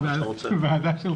קביעות בעבודה.